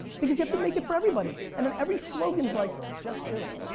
because you have to make it for everybody and then every slogan is like just do it.